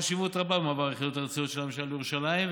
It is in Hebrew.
חשיבות רבה במעבר היחידות הארציות של הממשלה לירושלים,